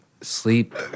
sleep